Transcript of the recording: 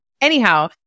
anyhow